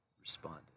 responded